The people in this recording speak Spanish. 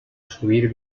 subir